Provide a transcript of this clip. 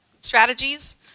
strategies